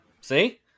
See